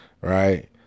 right